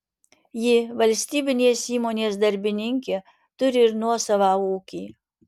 ji valstybinės įmonės darbininkė turi ir nuosavą ūkį